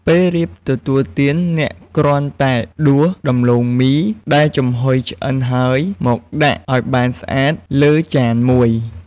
ពេលរៀបទទួលទាន អ្នកគ្រាន់តែដួសដំឡូងមីដែលចំហុយឆ្អិនហើយ មកដាក់ឱ្យបានស្អាតលើចានមួយ។